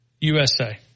USA